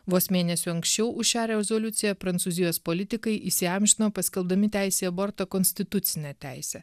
vos mėnesiu anksčiau už šią rezoliuciją prancūzijos politikai įsiamžino paskelbdami teisę į abortą konstitucine teise